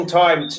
time